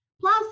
Plus